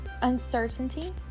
uncertainty